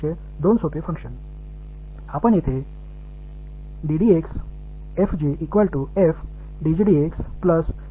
இங்கே இரண்டு பங்க்ஷன்ஸ் மற்றும்எடுத்துக்கொள்வோம் ஒரு மாறியின் இரண்டு எளிய பங்க்ஷன்ஸ்கள்